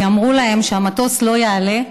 כי אמרו להם שהמטוס לא יעלה,